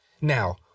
Now